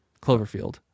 Cloverfield